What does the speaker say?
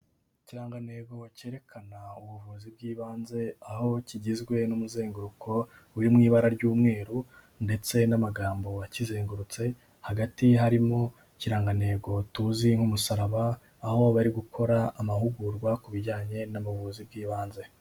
Ikirangantego cyerekana ubuvuzi bw'ibanze, aho kigizwe n'umuzenguruko uri mu ibara ry'umweru ndetse n'amagambo akizengurutse hagati harimo ikirangantego tuzi nk'umusaraba, aho bari gukora amahugurwa ku bijyanye n'ubuvuzi bw'ibanze.